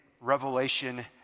revelation